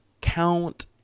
count